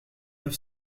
neuf